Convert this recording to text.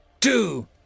two